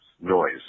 Noise